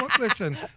Listen